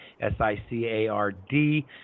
S-I-C-A-R-D